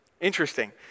Interesting